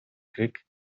krieg